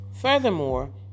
Furthermore